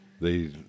they-